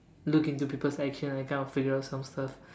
look into people's action and kind of figure out some stuff